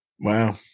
Wow